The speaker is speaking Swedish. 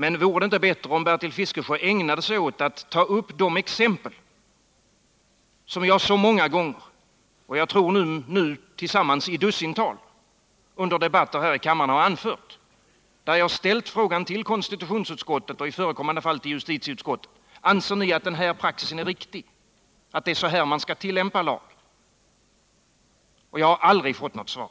Men vore det inte bättre om Bertil Fiskesjö ägnade sig åt att ta upp de exempel som jag så många gånger —jag tror tillsammans ett dussintal — har anfört under debatter här i kammaren och där jag ställt frågan till konstitutionsutskottet och i förekommande fall justitieutskottet: Anser ni att denna praxis är riktig, att det är så här lagar skall tillämpas? Jag har aldrig fått något svar.